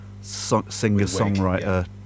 singer-songwriter